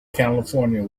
california